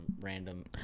random